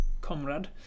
comrade